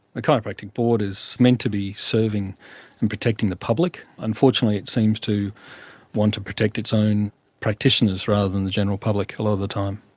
the chiropractic board is meant to be serving and protecting the public. unfortunately it seems to want to protect its own practitioners rather than the general public a lot of the time.